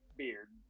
beard